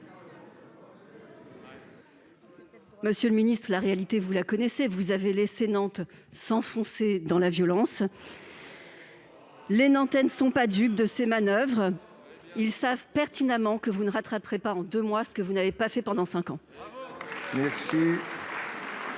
Monsieur le ministre, la réalité, vous la connaissez. Vous avez laissé Nantes s'enfoncer dans la violence. Les Nantais ne sont pas dupes de telles manoeuvres. Ils savent pertinemment que vous ne rattraperez pas en deux mois ce que vous n'avez pas fait pendant cinq ans. La